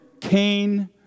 Cain